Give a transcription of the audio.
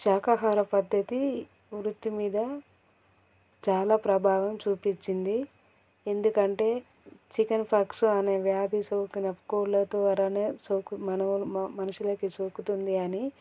శాకాహార పద్ధతి వృత్తి మీద చాలా ప్రభావం చూపించింది ఎందుకంటే చికెన్పాక్స్ అనే వ్యాధి సోకిన కోళ్ళ ద్వారానే సోకు మను మనుషులకు సోకుతుంది అని